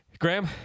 Graham